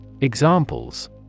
Examples